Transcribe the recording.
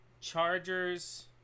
chargers